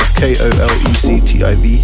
k-o-l-e-c-t-i-v